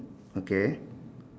okay